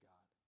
God